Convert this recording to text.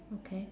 okay